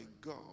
God